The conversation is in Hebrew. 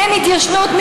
אין התיישנות.